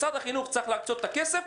משרד החינוך צריך להקצות את הכסף,